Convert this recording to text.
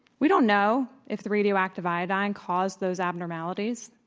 we don't know if the radioactive iodine caused those abnormalities.